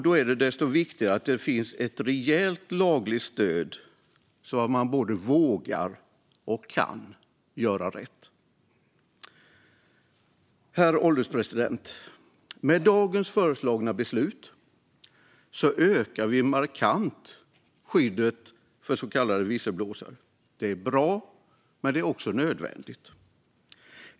Då är det desto viktigare att det finns ett rejält lagligt stöd så att man både vågar och kan göra rätt. Herr ålderspresident! Med dagens föreslagna beslut ökar vi markant skyddet för så kallade visselblåsare. Det är bra, men det är också nödvändigt.